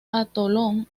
anillo